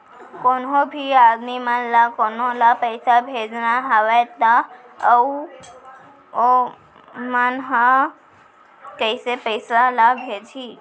कोन्हों भी आदमी मन ला कोनो ला पइसा भेजना हवय त उ मन ह कइसे पइसा ला भेजही?